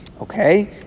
Okay